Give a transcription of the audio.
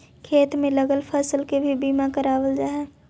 खेत में लगल फसल के भी बीमा करावाल जा हई